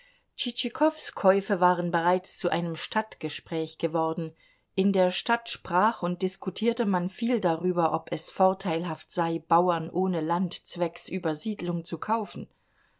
käufe waren bereits zu einem stadtgespräch geworden in der stadt sprach und diskutierte man viel darüber ob es vorteilhaft sei bauern ohne land zwecks übersiedlung zu kaufen